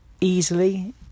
easily